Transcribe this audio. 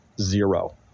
zero